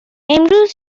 امروز